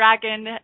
dragon